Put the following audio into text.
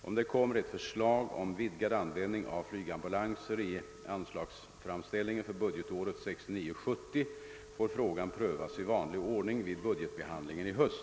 Om det kommer ett förslag om vidgad användning av flygambulanser i anslagsframställningen för budgetåret 1969/70, får frågan prövas i vanlig ordning vid budgetbehandlingen i höst.